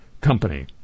company